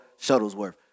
Shuttlesworth